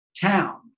town